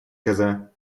коза